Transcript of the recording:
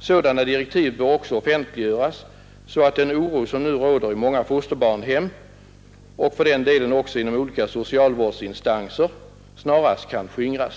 Sådana direktiv bör också offentliggöras, så att den oro som nu råder i många fosterbarnshem — och för den delen också inom olika socialvårdsinstanser — snarast kan skingras.